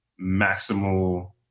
maximal